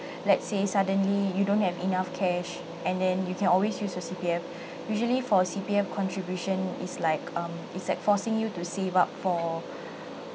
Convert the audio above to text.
let say suddenly you don't have enough cash and then you can always use your C_P_F usually for C_P_F contribution is like um is like forcing you to save up for